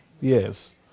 Yes